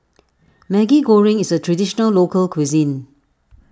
Maggi Goreng is a Traditional Local Cuisine